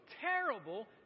terrible